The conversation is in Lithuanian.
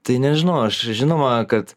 tai nežinau aš žinoma kad